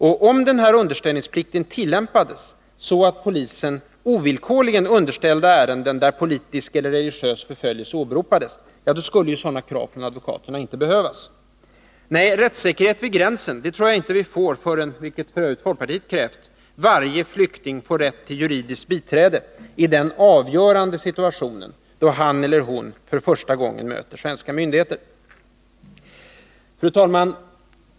Om underställningsplikten tillämpades så att polisen ovillkorligen underställde verket ärenden där politisk eller religiös förföljelse åberopas, skulle ju sådana krav från advokaterna inte behövas. Nej, rättssäkerheten vid gränsen tror jag inte vi får förrän — vilket folkpartiet f. ö. har krävt — varje flykting får rätt till juridiskt biträde vid den avgörande situation då han eller hon för första gången möter svenska myndigheter. Fru talman!